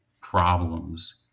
problems